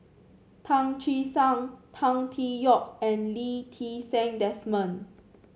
Tan Che Sang Tan Tee Yoke and Lee Ti Seng Desmond